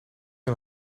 een